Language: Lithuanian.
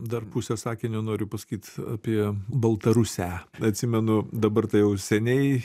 dar pusę sakinio noriu pasakyt apie baltarusę atsimenu dabar tai jau seniai